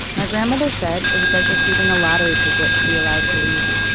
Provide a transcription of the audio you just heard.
my grandmother said it was like receiving a lottery ticket to be allowed to leave.